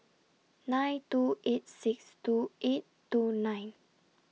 nine two eight six two eight two nine